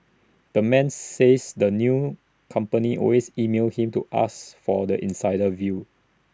the man says that news companies always email him to ask for the insider's view